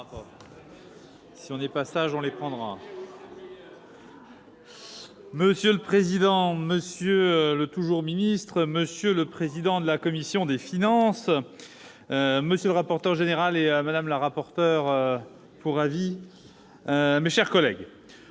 Monsieur le président, monsieur le secrétaire d'État, monsieur le président de la commission des finances, monsieur le rapporteur, madame la rapporteur pour avis, mes chers collègues,